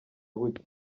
bucya